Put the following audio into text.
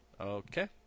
Okay